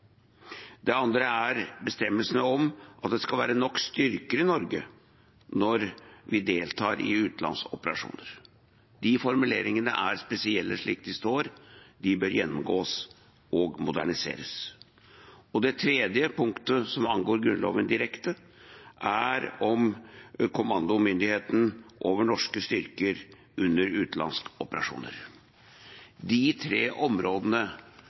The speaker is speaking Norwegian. Det andre er bestemmelsene om at det skal være nok styrker i Norge når vi deltar i utenlandsoperasjoner. De formuleringene er spesielle slik de står, de bør gjennomgås og moderniseres. Det tredje punktet som angår Grunnloven direkte, er om kommandomyndigheten over norske styrker under utenlandsoperasjoner. De tre områdene